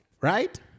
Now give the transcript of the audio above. right